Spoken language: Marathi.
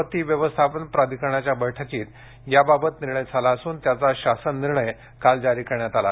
आपत्ती व्यवस्थापन प्रधिकरणाच्या बैठकीत याबाबत निर्णय झाला असून त्याचा शासन निर्णय काल जारी करण्यात आला